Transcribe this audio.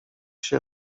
się